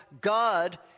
God